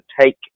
take